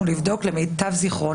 יש עוד נקודות, אדוני?